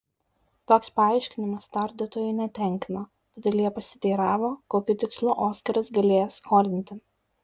toks paaiškinimas tardytojų netenkino todėl jie pasiteiravo kokiu tikslu oskaras galėjęs skolinti